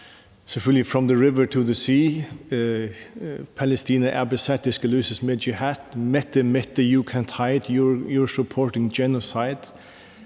lød: From the river to the sea; Palæstina er besat, det skal løses med jihad; Mette, Mette, you can't hide, you're supporting genocide.